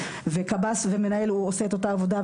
וקב"ס ומנהל עושה את אותה העבודה,